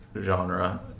genre